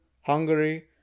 Hungary